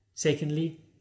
Secondly